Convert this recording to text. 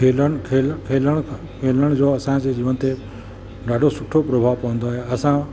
खेलण खेल खेलण खेलण जो असांजे जीवन ते ॾाढो सुठो प्रभाव पवंदो आहे असां